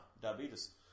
diabetes